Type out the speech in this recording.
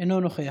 אינו נוכח.